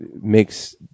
makes